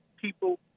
people